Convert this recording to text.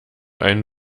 einen